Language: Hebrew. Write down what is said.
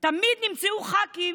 תמיד נמצאו ח"כים